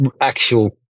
actual